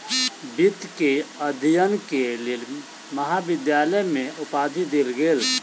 वित्त के अध्ययन के लेल महाविद्यालय में उपाधि देल गेल